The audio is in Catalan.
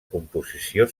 composició